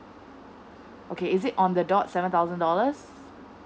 okay is it on the dot seven thousand dollars